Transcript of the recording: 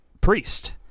priest